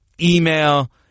email